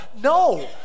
No